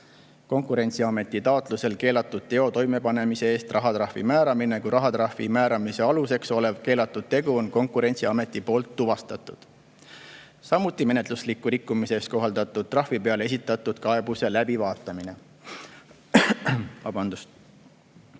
Konkurentsiameti taotlusel keelatud teo toimepanemise eest rahatrahvi määramine, kui rahatrahvi määramise aluseks olev keelatud tegu on Konkurentsiameti poolt tuvastatud, samuti menetlusliku rikkumise eest kohaldatud trahvi peale esitatud kaebuse läbivaatamine. Seega